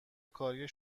کاری